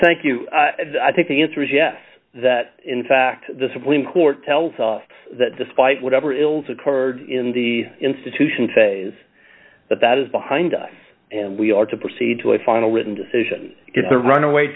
thank you and i think the answer is yes that in fact the supreme court tells us that despite whatever ills occurred in the institution phase that that is behind us and we are to proceed to a final written decision if the runaway